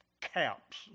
caps